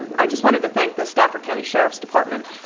and i just wanted to thank the stafford county sheriff's department.